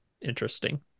interesting